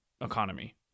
economy